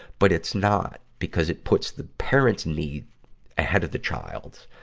but it's not, because it puts the parent's need ahead of the child's.